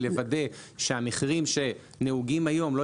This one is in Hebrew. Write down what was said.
היא לוודא שהמחירים שנהוגים היום לא